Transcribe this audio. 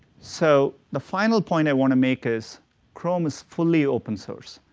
so the final point i want to make is chrome is fully open source.